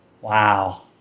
Wow